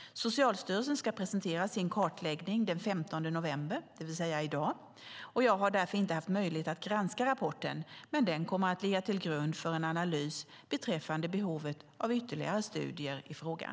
Socialstyrelsen ska presentera sin kartläggning den 15 november, det vill säga i dag, och jag har därför inte haft möjlighet att granska rapporten, men den kommer att ligga till grund för en analys beträffande behovet av ytterligare studier i frågan.